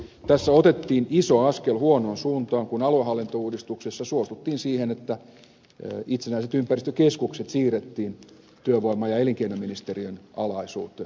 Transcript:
tässä otettiin iso askel huonoon suuntaan kun aluehallintouudistuksessa suostuttiin siihen että itsenäiset ympäristökeskukset siirrettiin työvoima ja elinkeinoministeriön alaisuuteen